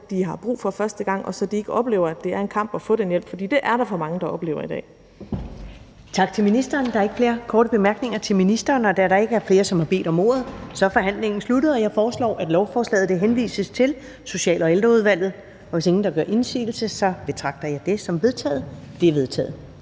de har brug for, første gang og ikke oplever, at det er en kamp at få den hjælp, for det er der for mange der oplever i dag. Kl. 14:36 Første næstformand (Karen Ellemann): Tak til ministeren. Der er ikke flere korte bemærkninger til ministeren. Da der ikke er flere, som har bedt om ordet, er forhandlingen sluttet. Jeg foreslår, at lovforslaget henvises til Social- og Ældreudvalget. Hvis ingen gør indsigelse, betragter jeg det som vedtaget. Det er vedtaget.